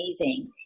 amazing